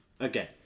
okay